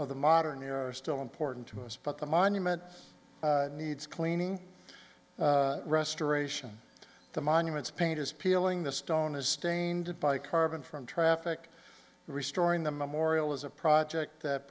of the modern era still important to us but the monument needs cleaning restoration the monuments paint is peeling the stone is stained by carbon from traffic restoring the memorial is a project that